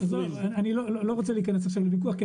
אני לא רוצה להיכנס לוויכוח.